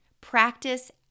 Practice